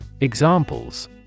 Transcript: Examples